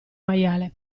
maiale